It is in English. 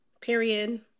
Period